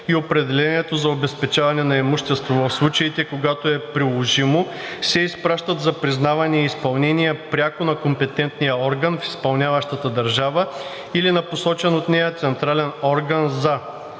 и определението за обезпечаване на имущество в случаите, когато е приложимо, се изпращат за признаване и изпълнение пряко на компетентния орган в изпълняващата държава или на посочен от нея централен орган за: